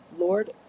Lord